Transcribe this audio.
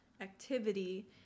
activity